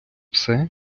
все